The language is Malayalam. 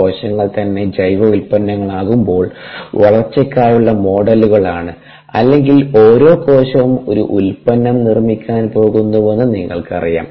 കോശങ്ങൾ തന്നെ ജൈവ ഉൽപ്പന്നങ്ങളാകുമ്പോൾ വളർച്ചയ്ക്കായുള്ള മോഡലുകൾ ആണ് അല്ലെങ്കിൽ ഓരോ കോശവും ഒരു ഉൽപ്പന്നം നിർമ്മിക്കാൻ പോകുന്നുവെന്ന് നിങ്ങൾക്കറിയാം